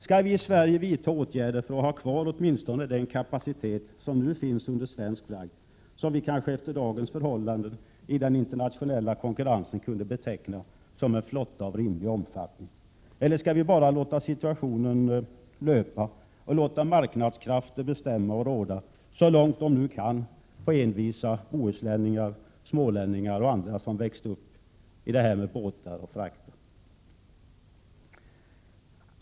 Skall vi i Sverige vidta åtgärder för att ha kvar åtminstone den kapacitet som nu finns under svensk flagg? Det är en flotta som efter dagens förhållanden och sett ur internationell konkurrenssynpunkt kan betecknas som ”rimlig” till sin omfattning. Eller skall vi bara låta marknadskrafterna bestämma, så långt de nu kan, över envisa bohuslänningar, smålänningar och andra som vuxit upp med båtar och frakter?